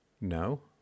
No